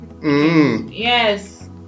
Yes